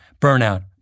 burnout